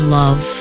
love